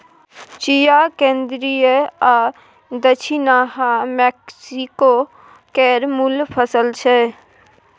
चिया केंद्रीय आ दछिनाहा मैक्सिको केर मुल फसल छै